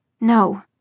No